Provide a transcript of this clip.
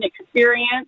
experience